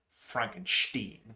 Frankenstein